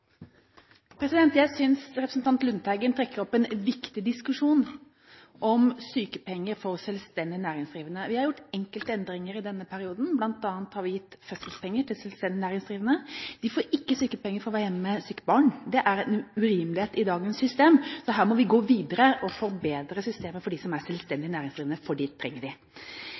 urimelig. Jeg synes representanten Lundteigen trekker opp en viktig diskusjon om sykepenger for selvstendig næringsdrivende. Vi har gjort enkelte endringer i denne perioden, bl.a. har vi gitt fødselspenger til selvstendig næringsdrivende. De får ikke sykepenger for å være hjemme med sykt barn, det er en urimelighet i dagens system. Her må vi gå videre og forbedre systemet for dem som er selvstendig næringsdrivende, for vi trenger